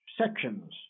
sections